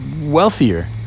wealthier